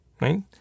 right